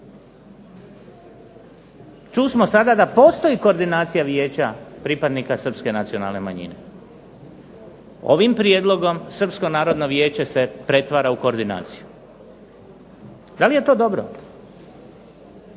Tu smo sada da postoji koordinacija Vijeća pripadnika srpske nacionalne manjine. Ovim prijedlogom Srpsko narodno vijeće se pretvara u koordinaciju. Da li je to dobro?